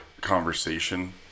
conversation